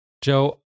Joe